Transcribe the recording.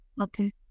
Okay